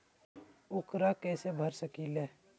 ऊकरा कैसे भर सकीले?